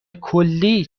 کلی